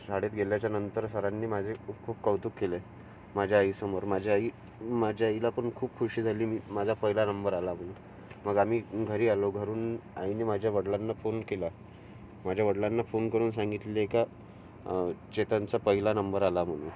शाळेत गेल्याच्यानंतर सरांनी माझे खूप खूप कौतुक केले माझ्या आईसमोर माझी आई माझ्या आईला पण खूप खुशी झाली की माझा पहिला नंबर आला म्हणून मग आम्ही घरी आलो घरून आईने माझ्या वडिलांना फोन केला माझ्या वडिलांना फोन करून सांगितले का चेतनचा पहिला नंबर आला म्हणून